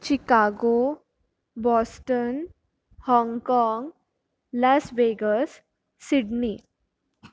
Chicago Boston Hong Kong Las Vegas Sydney